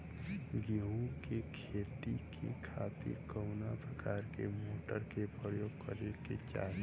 गेहूँ के खेती के खातिर कवना प्रकार के मोटर के प्रयोग करे के चाही?